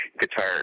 guitar